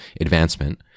advancement